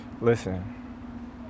Listen